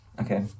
Okay